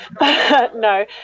No